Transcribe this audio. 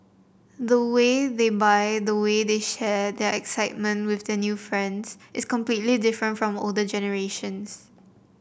the way they buy the way they share their excitement with their new friends is completely different from older generations